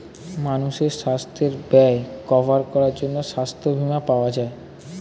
মানুষের সাস্থের ব্যয় কভার করার জন্যে সাস্থ বীমা পাওয়া যায়